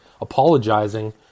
apologizing